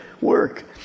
work